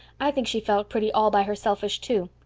i think she felt pretty all-by-herselfish, too.